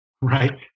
right